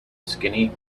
skinny